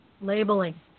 Labeling